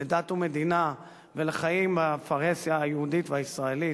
לדת ומדינה ולחיים בפרהסיה היהודית והישראלית.